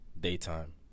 daytime